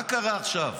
מה קרה עכשיו?